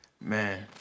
Man